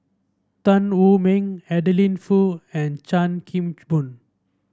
Tan Wu Meng Adeline Foo and Chan Kim Boon